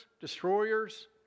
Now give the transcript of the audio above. destroyers